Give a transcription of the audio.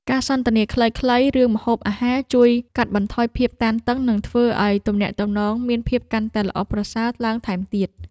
ការសន្ទនាខ្លីៗរឿងម្ហូបអាហារអាចជួយកាត់បន្ថយភាពតានតឹងនិងធ្វើឱ្យទំនាក់ទំនងមានភាពកាន់តែល្អប្រសើរឡើងថែមទៀត។